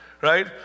Right